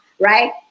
Right